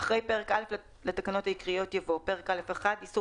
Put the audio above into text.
"אחרי פרק א' לתקנות העיקריות יבוא: פרק א1': איסור